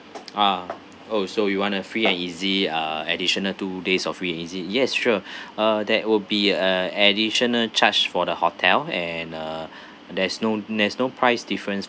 ah oh so you want a free and easy uh additional two days of free and easy yes sure uh that will be a additional charged for the hotel and uh there's no there's no price difference